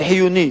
היא חיונית,